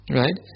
right